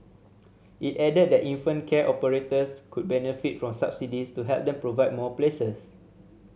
it added that infant care operators could benefit from subsidies to help them provide more places